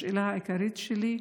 השאלה העיקרית שלי,